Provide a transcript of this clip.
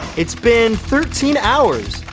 it's been thirteen hours,